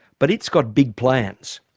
but it's got big plans.